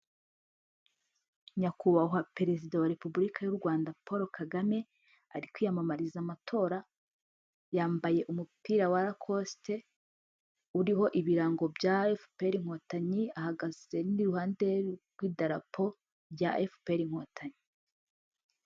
Nyakubahwa perezida wa Repubulika y'u Rwanda Paul Kagame, ari kwiyamamariza amatora, yambaye umupira wa rakoste uriho ibirango bya FPR inkotanyi, ahagaze n' iruhande rw'idarapo rya FPR inkotanyi.